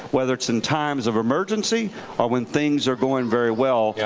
whether it's in times of emergency or when things are going very well, yeah